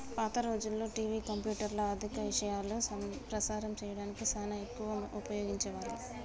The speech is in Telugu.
పాత రోజుల్లో టివి, కంప్యూటర్లు, ఆర్ధిక ఇశయాలు ప్రసారం సేయడానికి సానా ఎక్కువగా ఉపయోగించే వాళ్ళు